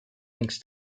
links